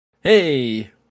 Hey